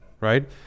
right